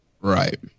Right